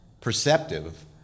perceptive